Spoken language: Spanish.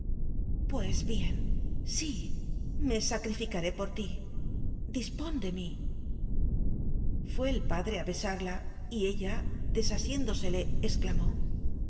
pues bien sí me sacrificaré por ti dis pon de mí fué el padre a besarla y ella desasién dosele exclamó